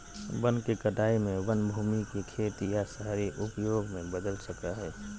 वन के कटाई में वन भूमि के खेत या शहरी उपयोग में बदल सको हइ